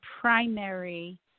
primary